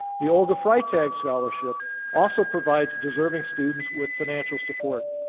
the olga freitag scholarship also provides deserving students with financial support.